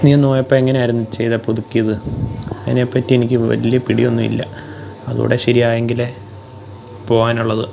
നീ അന്ന് പോയപ്പോൾ എങ്ങനെയായിരുന്നു ചെയ്തത് പുതുക്കിയത് അതിനെപ്പറ്റി എനിക്ക് വലിയ പിടിയൊന്നും ഇല്ല അതുംകൂടെ ശരിയായെങ്കിലേ പോവാനുള്ളത്